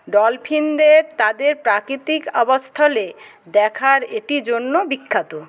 ডলফিনদের তাদের প্রাকৃতিক আবাসস্থলে দেখার এটি জন্য বিখ্যাত